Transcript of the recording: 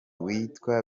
witwa